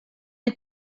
the